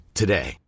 today